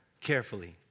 carefully